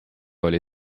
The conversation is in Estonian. oli